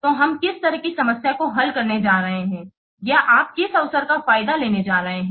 तो हम किस तरह की समस्या को हल करने जा रहे हैं या आप किस अवसर का फायदा लेने जा रहे हैं